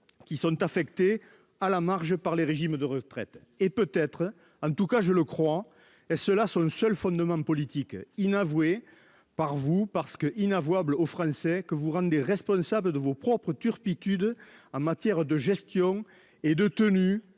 Qui sont affectés à la marge par les régimes de retraite et peut-être, en tout cas, je le crois. Et ceux-là sur le seul fondement politiques inavouées par vous parce qu'inavouable aux Français que vous rendez responsable de vos propres turpitudes en matière de gestion et de tenue